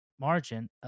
margin